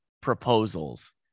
proposals